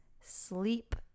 sleep